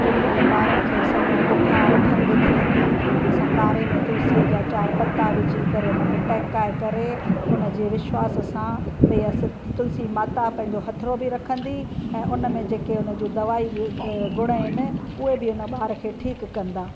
केॾी महिल ॿारनि खे सनो बुख़ारु खघि थिए थी असां काढ़े में तुलसीअ जा चारि पता विझी करे हुनखे टहिकाए करे हुनजे विश्वास सां बि असां ते तुलसी माता पंहिंजो हथिड़ो बि रखंदी ऐं हुन में जेके हुन जूं दवाई ऐं गुण आहिनि उहे बि हुन बार खे ठीकु कंदा